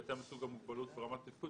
בהתאם לסוג המוגבלות ורמת התפקוד,